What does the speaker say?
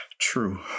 True